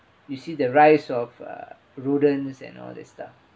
you see the rise of rodents and all this stuff